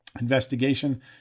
investigation